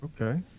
Okay